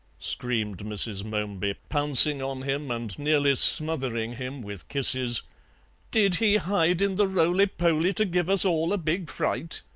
screamed mrs. momeby, pouncing on him and nearly smothering him with kisses did he hide in the roly-poly to give us all a big fright?